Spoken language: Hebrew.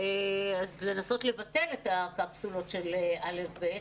לנסות לבטל את הקפסולות של א' ב',